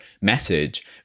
message